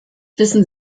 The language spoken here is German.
wissen